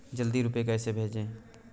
जल्दी रूपए कैसे भेजें?